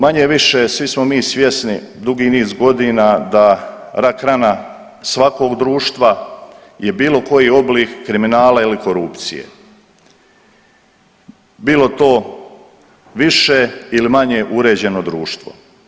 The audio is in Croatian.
Manje-više svi smo mi svjesni dugi niz godina da rak rana svakog društva je bilo koji oblik kriminala ili korupcije, bilo to više ili manje uređeno društvo.